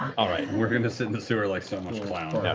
we're going to sit in the sewer like so much clown. yeah